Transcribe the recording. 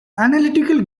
analytical